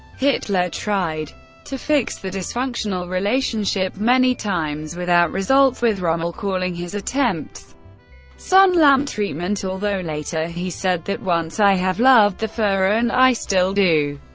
hitler tried to fix the dysfunctional relationship many times without results, with rommel calling his attempts sunlamp treatment, although later he said that once i have loved the fuhrer, and i still do.